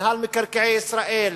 במינהל מקרקעי ישראל,